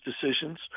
decisions